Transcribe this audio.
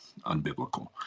unbiblical